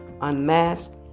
Unmasked